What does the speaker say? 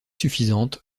suffisante